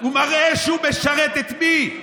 הוא מראה שהוא משרת, את מי?